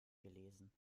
gelesen